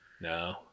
No